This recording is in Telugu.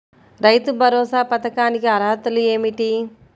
రైతు భరోసా పథకానికి అర్హతలు ఏమిటీ?